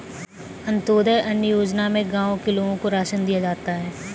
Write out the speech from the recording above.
अंत्योदय अन्न योजना में गांव के लोगों को राशन दिया जाता है